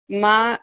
मां